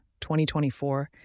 2024